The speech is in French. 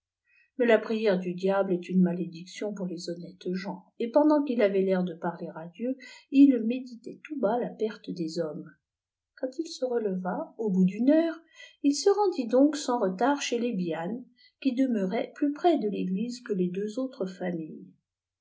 mais la prière du diable est ne malédiction pour les honnêtes gens et pendant qu'il avait tair de parlera dieu il méditait tout bas la perte des hommes quand il se releva au bout d'une heure il se rendit donc sans retard chez les biann qui demeuraient plus près de l'église que tes ux autrez familles